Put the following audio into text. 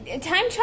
Time